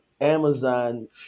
Amazon